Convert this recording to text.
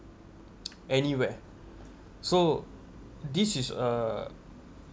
anywhere so this is a